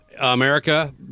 America